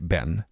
Ben